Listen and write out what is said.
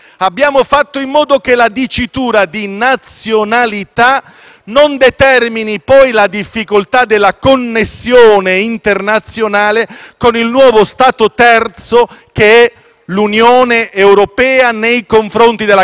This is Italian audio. non determini poi difficoltà di connessione internazionale con il nuovo stato terzo che è l'Unione europea nei confronti della Gran Bretagna. Noi avremo una nuova configurazione giuridica